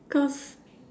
cause